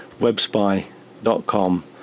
webspy.com